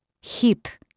Hit